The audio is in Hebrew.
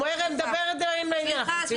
חשוב